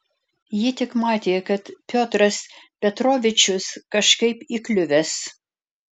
ji tik matė kad piotras petrovičius kažkaip įkliuvęs